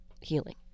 healing